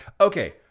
Okay